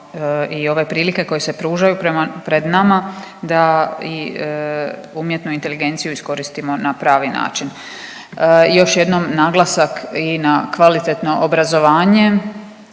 i ove prilike koje se pružaju pred nama da i umjetnu inteligenciju iskoristimo na pravi način. I još jednom naglasak i na kvalitetno obrazovanje,